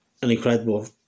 incredible